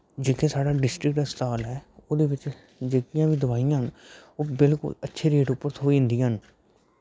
जेह्का साढ़ा डिस्ट्रिक अस्पताल ऐ ओह्दे बिच जेह्कियां बी दोआइयां न ओह् बिल्कुल अच्छे रेट उप्पर थ्होई जंदियां न